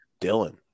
Dylan